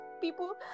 people